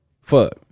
fuck